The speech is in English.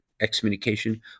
excommunication